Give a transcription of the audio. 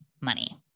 money